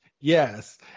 Yes